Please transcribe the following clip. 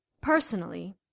Personally